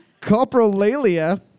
Coprolalia